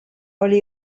oli